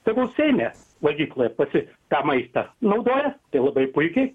tegul seime valgykloje pati tą maistą naudoja tai labai puikiai